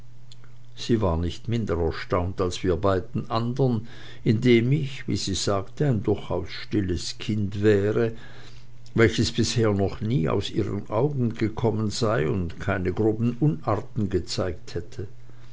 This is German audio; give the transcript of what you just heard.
sie war nicht minder erstaunt als wir beiden andern indem ich wie sie sagte ein durchaus stilles kind wäre welches bisher noch nie aus ihren augen gekommen sei und keine groben unarten gezeigt hätte